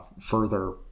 further